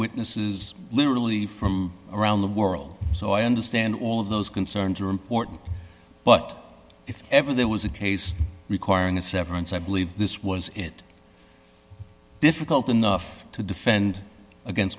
witnesses literally from around the world so i understand all of those concerns are important but if ever there was a case requiring a severance i believe this was it difficult enough to defend against